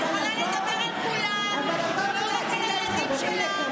את יכולה לדבר על כולם, לא רק על הילדים שלך.